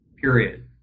period